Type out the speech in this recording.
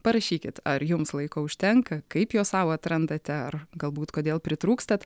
parašykit ar jums laiko užtenka kaip jo sau atrandate ar galbūt kodėl pritrūkstat